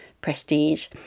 prestige